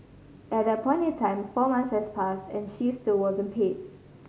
at that point in time four months had passed and she still wasn't paid